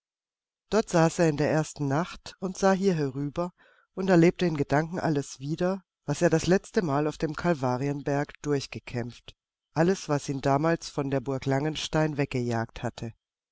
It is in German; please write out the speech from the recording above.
dort saß er in der ersten nacht und sah hier herüber und erlebte in gedanken alles wieder was er das letzte mal auf dem kalvarienberg durchgekämpft alles was ihn damals von der burg langenstein weggejagt hatte